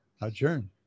adjourn